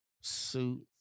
suit